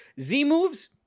Z-Moves